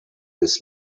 this